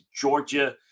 Georgia